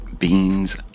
beans